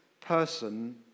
person